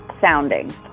sounding